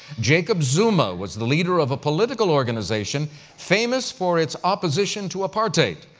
jacob zuma was the leader of a political organization famous for its opposition to apartheid.